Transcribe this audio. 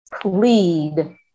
plead